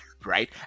right